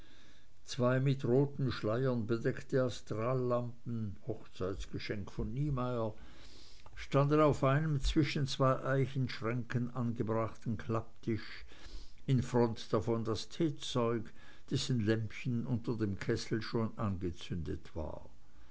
zwei mit roten schleiern bedeckte astrallampen hochzeitsgeschenk von niemeyer standen auf einem zwischen zwei eichenschränken angebrachten klapptisch in front davon das teezeug dessen lämpchen unter dem kessel schon angezündet war